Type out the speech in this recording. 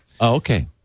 Okay